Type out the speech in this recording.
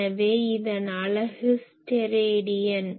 எனவே இதன் அலகு ஸ்டெராடியன்